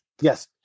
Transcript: yes